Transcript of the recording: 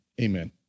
amen